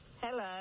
Hello